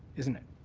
isn't it?